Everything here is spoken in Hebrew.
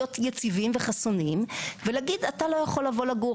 להיות יציבים וחסונים ולהגיד אתה לא יכול לבוא לגור.